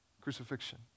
crucifixion